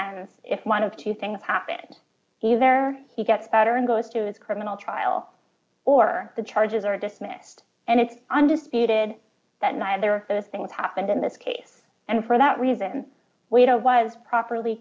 and if one of two things happen either he gets better and goes to his criminal trial or the charges are dismissed and it's undisputed that neither of those things happened in this case and for that reason way to was properly